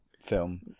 film